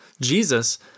Jesus